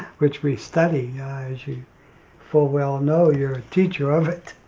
which we study as you full well know. you're a teacher of it